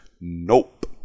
Nope